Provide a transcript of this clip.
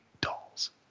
dolls